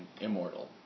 immortal